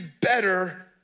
better